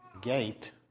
gate